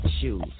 shoes